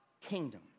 kingdom